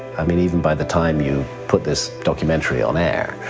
i mean even by the time you put this documentary on air,